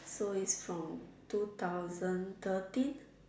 so its from two thousand thirteen